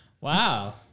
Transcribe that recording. Wow